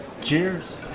Cheers